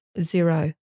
zero